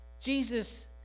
Jesus